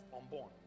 unborn